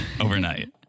overnight